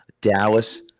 Dallas –